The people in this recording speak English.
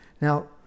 Now